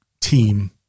team